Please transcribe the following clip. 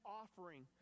offering